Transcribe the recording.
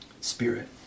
Spirit